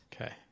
Okay